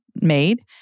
made